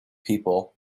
people